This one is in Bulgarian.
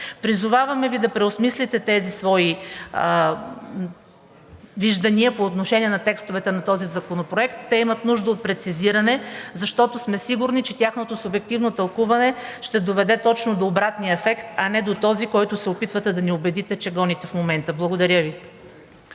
Призоваваме Ви да преосмислите своите виждания по отношение на текстовете на този законопроект. Те имат нужда от прецизиране, защото сме сигурни, че тяхното субективно тълкуване ще доведе точно до обратния ефект, а не до този, който се опитвате да ни убедите, че гоните в момента. Благодаря Ви.